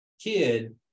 kid